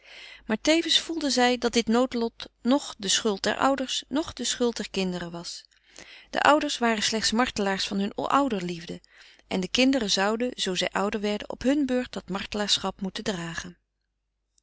maar tevens voelde zij dat dit noodlot noch de schuld der ouders noch de schuld der kinderen was de ouders waren slechts martelaars hunner ouderliefde en de kinderen zouden zoo zij ouders werden op hunne beurt dat martelaarschap moeten dragen